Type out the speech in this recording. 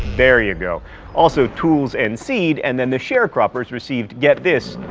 there ya go also tools and seed, and then the sharecroppers received, get this,